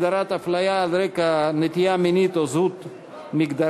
הגדרת הפליה על רקע נטייה מינית או זהות מגדרית).